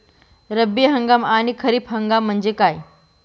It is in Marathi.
रब्बी हंगाम आणि खरीप हंगाम म्हणजे काय?